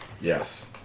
Yes